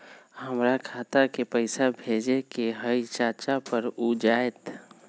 हमरा खाता के पईसा भेजेए के हई चाचा पर ऊ जाएत?